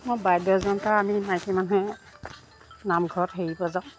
মই বাদ্যযন্ত্ৰ আমি মাইকী মানুহে নামঘৰত হেৰি বজাওঁ